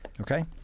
Okay